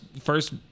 first